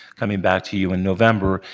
coming back to you in november,